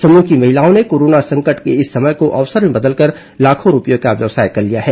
समूह की महिलाओं ने कोरोना संकट के इस समय को अवसर में बदलकर लाखों रूपये का व्यवसाय कर लिया है